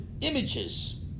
images